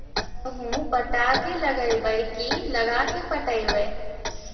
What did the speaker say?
गेहूं पटा के लगइबै की लगा के पटइबै?